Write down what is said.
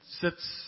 sits